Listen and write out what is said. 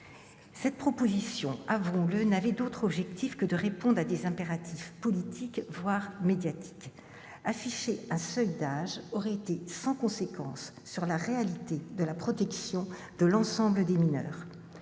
Cette proposition, avouons-le, n'avait d'autre objectif que de répondre à des impératifs politiques, voire médiatiques. Afficher un seuil d'âge aurait été sans conséquence sur la réalité de la protection de l'ensemble des mineurs.